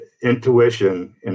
intuition